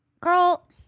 girl